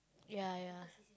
ya ya